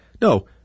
No